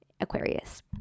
aquarius